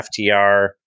FTR